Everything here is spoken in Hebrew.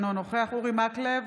אינו נוכח אורי מקלב,